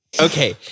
Okay